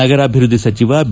ನಗರಾಭಿವೃದ್ದಿ ಸಚಿವ ಬಿ